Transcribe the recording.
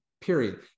period